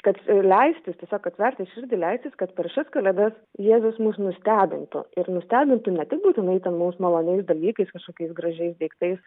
kad leistis tiesiog atverti širdį leistis kad per šias kalėdas jėzus mus nustebintų ir nustebintų ne tik būtinai ten mums maloniais dalykais kažkokiais gražiais daiktais